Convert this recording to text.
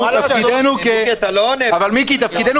עדיין אנחנו